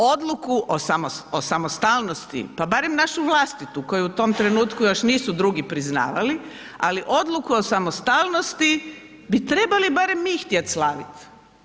Odluku o samostalnosti, pa barem našu vlastitu koju u tom trenutku još nisu drugi priznavali, ali odluku o samostalnosti bi trebali barem mi htjeti slaviti.